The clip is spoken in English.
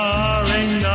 Darling